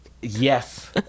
Yes